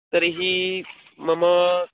तर्हि मम